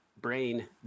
Brain